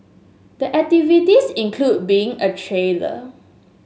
the activities include being a trader